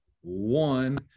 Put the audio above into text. one